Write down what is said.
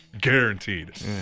Guaranteed